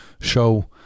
show